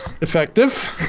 effective